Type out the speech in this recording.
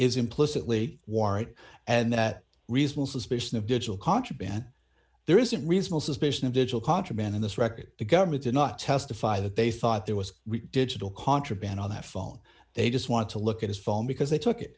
is implicitly warrant and that reasonable suspicion of digital contraband there isn't reasonable suspicion of digital contraband in this record the government did not testify that they thought there was digital contraband on that phone they just want to look at his phone because they took it